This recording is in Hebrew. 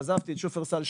עזבתי את שופרסל,